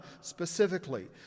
specifically